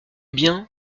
bien